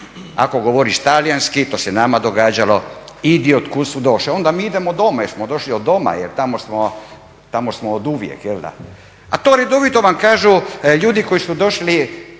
ako govoriš talijanski, to se nama događalo, idi od kuda si došao. Onda mi idemo doma jer smo došli od doma jer tamo smo oduvijek. A to redovito vam kažu ljudi koji su došli